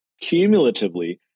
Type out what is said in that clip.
cumulatively